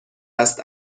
است